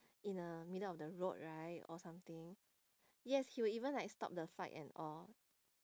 in a middle of the road right or something yes he would even like stop the fight and all